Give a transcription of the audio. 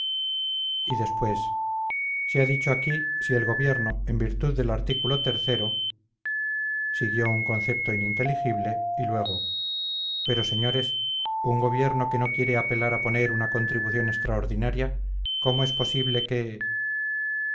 y después se ha dicho aquí si el gobierno en virtud del artículo o siguió un concepto ininteligible y luego pero señores un gobierno que no quiere apelar a poner una contribución extraordinaria cómo es posible que